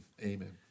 Amen